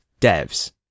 devs